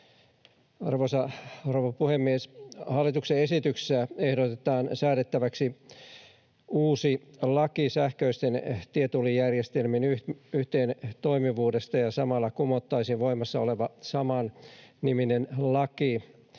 rouva puhemies! Hallituksen esityksessä ehdotetaan säädettäväksi uusi laki sähköisten tietullijärjestelmien yhteentoimivuudesta ja samalla kumottaisiin voimassa oleva samanniminen laki.